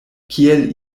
kiel